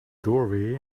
doorway